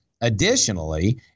Additionally